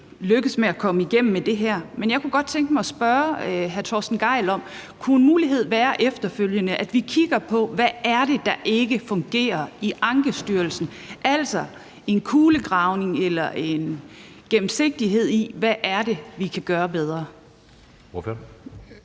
lykkes med at komme igennem med det her, men jeg kunne godt tænke mig at spørge hr. Torsten Gejl: Kunne en mulighed være, at vi efterfølgende kigger på, hvad det er, der ikke fungerer i Ankestyrelsen, altså en kulegravning eller en gennemsigtighed i forhold til, hvad det er, vi kan gøre bedre?